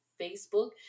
Facebook